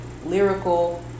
Lyrical